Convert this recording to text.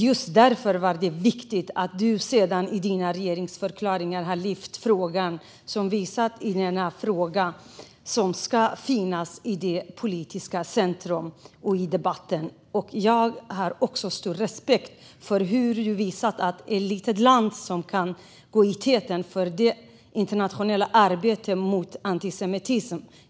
Just därför var det viktigt att du sedan i dina regeringsförklaringar lyfte frågan och visade att den ska finnas i centrum för den politiska debatten. Jag har också stor respekt för hur du visat att ett litet land kan gå i täten för det internationella arbetet mot antisemitism.